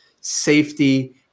safety